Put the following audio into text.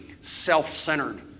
self-centered